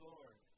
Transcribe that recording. Lord